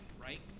right